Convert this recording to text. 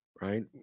Right